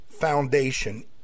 Foundation